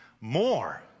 more